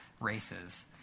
races